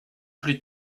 plus